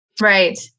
Right